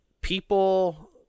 people